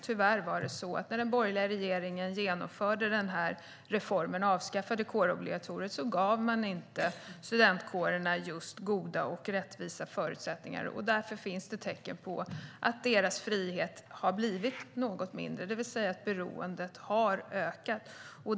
Tyvärr var det så att när den borgerliga regeringen genomförde denna reform och avskaffade kårobligatoriet gav man inte studentkårerna just goda och rättvisa förutsättningar. Därför finns det tecken på att deras frihet har blivit något mindre, det vill säga att beroendet har ökat.